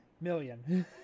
million